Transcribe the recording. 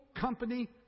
company